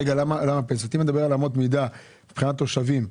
אתה מדבר על אמות מידה מבחינת התושבים.